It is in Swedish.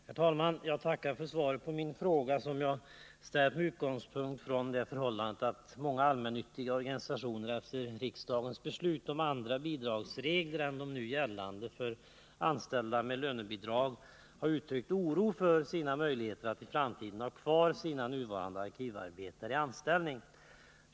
Herr talman! Jag tackar för svaret på min fråga, som jag ställt med utgångspunkt i det förhållandet att många allmännyttiga organisationer efter riksdagens beslut om ändring av nu gällande regler för organisationer som har arkivarbetare anställda med lönebidrag har uttryckt oro för sina möjligheter att i framtiden ha kvar sina nuvarande arkivarbetare i deras anställningar.